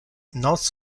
nos